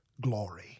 glory